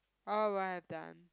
oh what I've done